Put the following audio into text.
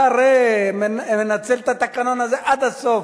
אתה הרי מנצל את התקנון הזה עד הסוף.